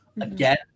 again